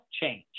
change